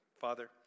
Father